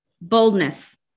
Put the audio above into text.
Boldness